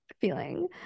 feeling